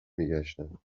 میگشتم